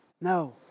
no